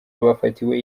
bafatiwe